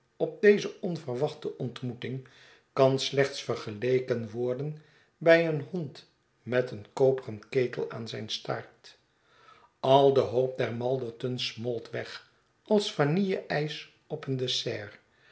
op deze onverwachte ontmoeting kan slechts vergeleken worden bij een hond met een koperen ketel aan zijn staart al de hoop der malderton's smolt weg als vanille ijs op een dessert